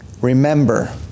remember